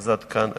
עד כאן העדכון.